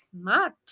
smart